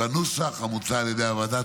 בנוסח המוצע על ידי הוועדה.